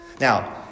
Now